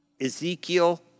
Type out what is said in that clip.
Ezekiel